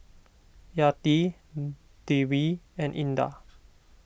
Yati Dewi and Indah